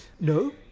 No